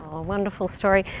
a wonderful story.